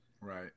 Right